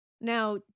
now